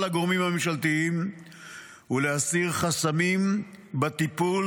הגורמים הממשלתיים ולהסיר חסמים בטיפול,